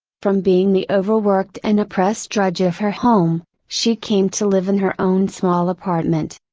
from being the overworked and oppressed drudge of her home, she came to live in her own small apartment.